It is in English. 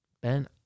Ben